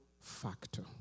factor